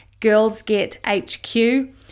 girlsgetHQ